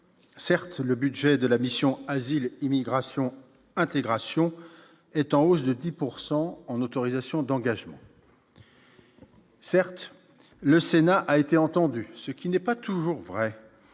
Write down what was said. certes, le budget de la mission asile, immigration, intégration est en hausse de 10 pourcent en autorisations d'engagement. Certes, le Sénat a été entendu ce qui n'est pas toujours vrai